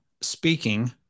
speaking